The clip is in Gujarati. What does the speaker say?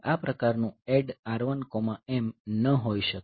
આ પ્રકારનું ADD R1M ન હોઈ શકે